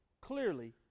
clearly